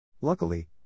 Luckily